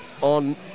on